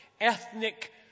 ethnic